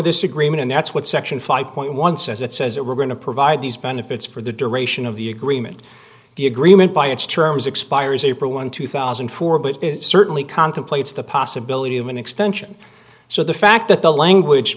this agreement and that's what section five point one says it says that we're going to provide these benefits for the duration of the agreement the agreement by its terms expires april one two thousand and four but it certainly contemplates the possibility of an extension so the fact that the language